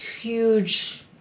huge